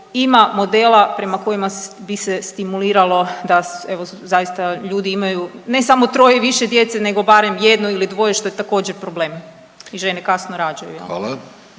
ima modela prema kojima bi se stimuliralo da evo zaista ljudi imaju ne samo troje i više djece nego barem jedno ili dvoje što je također problem i žene kasno rađaju.